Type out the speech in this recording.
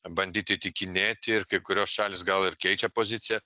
bandyt įtikinėti ir kai kurios šalys gal ir keičia poziciją